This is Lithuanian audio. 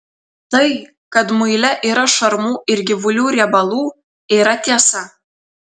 tai kad muile yra šarmų ir gyvulių riebalų yra tiesa